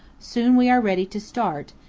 soon we are ready to start,